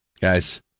Guys